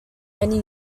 many